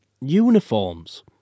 uniforms